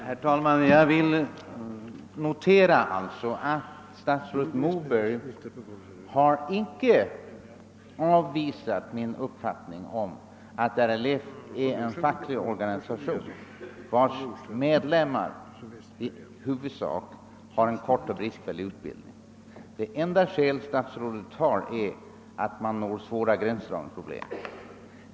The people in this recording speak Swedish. ' Herr talman! Jag vill notera att statsrådet Moberg icke bestridit min uppfattning att RLF är en facklig organisation, vars medlemmar i huvudsak har en kort och bristfällig utbildning. Det enda skäl som statsrådet anför är att det uppstår svåra gränsdragningsproblem.